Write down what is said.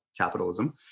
capitalism